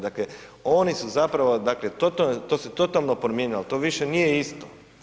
Dakle, oni su zapravo, dakle to se totalno promijenilo ali to više nije isto.